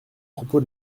propos